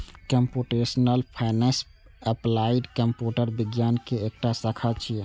computational finance applied computer विज्ञान के एकटा शाखा छियै